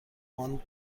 باند